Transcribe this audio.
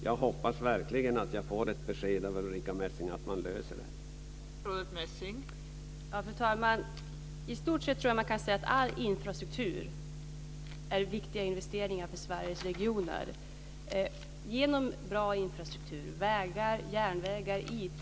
Jag hoppas verkligen att jag får ett besked från Ulrica Messing om att man löser det här.